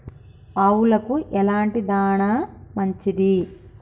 ఆవులకు ఎలాంటి దాణా మంచిది?